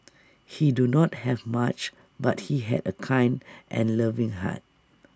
he did not have much but he had A kind and loving heart